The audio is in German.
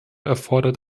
erfordert